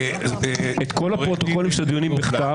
את כל הפרוטוקולים של הדיונים בכתב,